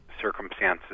circumstances